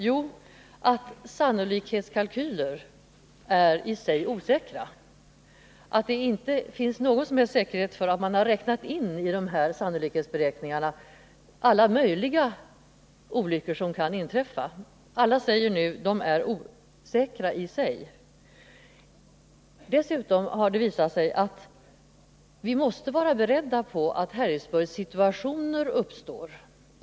Jo, att sannolikhetskalkyler är i sig osäkra — att det inte finns någon som helst säkerhet för att man har räknat in i de här sannolikhetsberäkningarna alla möjliga olyckor som kan inträffa. Alla säger nu: Beräkningarna är osäkra i sig. Dessutom har det visat sig att vi måste vara beredda på att Harrisburgsituationer uppstår.